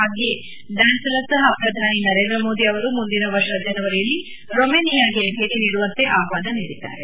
ಹಾಗೆಯೇ ಡ್ಯಾನ್ಸಿಲಾ ಸಹ ಪ್ರಧಾನಿ ನರೇಂದ್ರ ಮೋದಿ ಅವರು ಮುಂದಿನ ವರ್ಷ ಜನವರಿಯಲ್ಲಿ ರೊಮೇನಿಯಾಗೆ ಭೇಟಿ ನೀಡುವಂತೆ ಆಹ್ವಾನ ನೀಡಿದ್ದಾರೆ